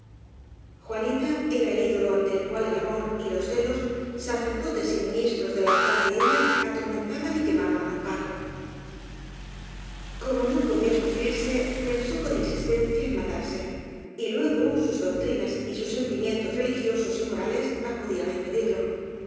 juanita era el ídolo ante el cual el amor y los ce los sacerdotes y ministros del altar de ella ator mentaban y quemaban á don paco como no podía sufrirse pensó con insistencia en matarse y luego sus doctrinas y sus sentimientos religiosos y morales acudían á impedirlo